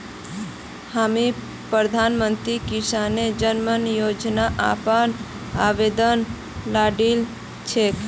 हामी प्रधानमंत्री किसान मान धन योजना अपनार आवेदन डालील छेक